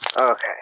Okay